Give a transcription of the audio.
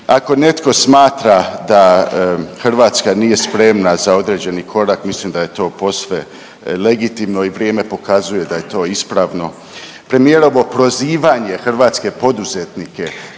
ako netko smatra da Hrvatska nije spremna za određeni korak, mislim da je to posve legitimno i vrijeme pokazuje da je to ispravno. Premijerovo prozivanje hrvatske poduzetnike